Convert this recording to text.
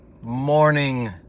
morning